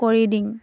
কৰি দিওঁ